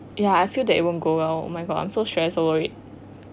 ya I feel that it won't go well oh my god I am so stressed already